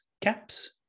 CAPS